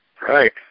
right